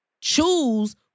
choose